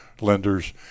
lenders